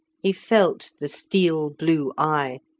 he felt the steel blue eye,